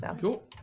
Cool